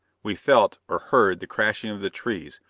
we felt, or heard, the crashing of the trees,